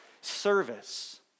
service